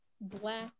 black